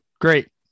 great